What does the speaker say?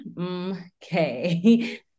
okay